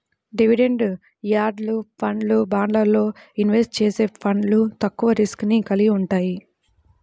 dividend yield ఫండ్లు, బాండ్లల్లో invest చేసే ఫండ్లు తక్కువ రిస్క్ ని కలిగి వుంటయ్యి